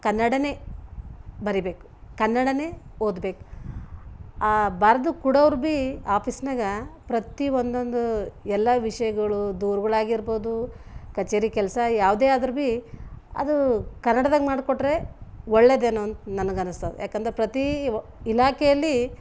ಕನ್ನಡನೇ ಬರಿಬೇಕು ಕನ್ನಡನೇ ಓದ್ಬೇಕು ಆ ಬರ್ದು ಕೊಡೋರ್ ಭೀ ಆಫೀಸ್ನಾಗ ಪ್ರತಿ ಒಂದೊಂದು ಎಲ್ಲ ವಿಷಯಗಳೂ ದೂರ್ಗಳಾಗಿರ್ಬೋದು ಕಚೇರಿ ಕೆಲಸ ಯಾವುದೇ ಆದ್ರೂ ಭೀ ಅದು ಕನ್ನಡ್ದಾಗ ಮಾಡಿಕೊಟ್ರೆ ಒಳ್ಳೆದೇನೋ ಅಂತ ನನಗನಿಸ್ತದ ಯಾಕಂದ್ರೆ ಪ್ರತಿ ಒ ಇಲಾಖೆಯಲ್ಲಿ